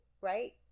right